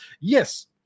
Yes